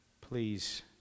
Please